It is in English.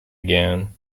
again